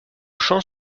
chant